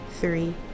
three